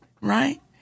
right